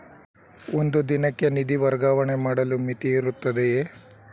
ಒಂದು ದಿನಕ್ಕೆ ನಿಧಿ ವರ್ಗಾವಣೆ ಮಾಡಲು ಮಿತಿಯಿರುತ್ತದೆಯೇ?